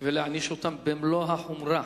ולהעניש אותם במלוא החומרה.